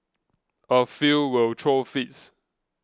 a few will throw fits